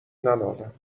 ننالم